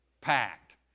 packed